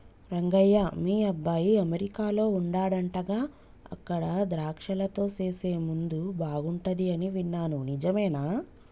రంగయ్య మీ అబ్బాయి అమెరికాలో వుండాడంటగా అక్కడ ద్రాక్షలతో సేసే ముందు బాగుంటది అని విన్నాను నిజమేనా